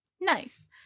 Nice